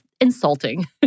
insulting